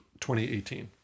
2018